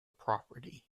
property